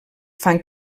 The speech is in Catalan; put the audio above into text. fan